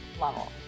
level